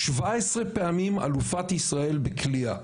17 פעמים אלופת ישראל בקליעה,